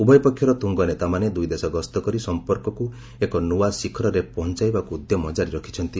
ଉଭୟ ପକ୍ଷର ତୁଙ୍ଗନେତାମାନେ ଦୁଇଦେଶ ଗସ୍ତ କରି ସଂପର୍କକୁ ଏକ ନୂଆ ଶିଖରରେ ପହଞ୍ଚାଇବାକୁ ଉଦ୍ୟମ ଜାରି ରଖିଛନ୍ତି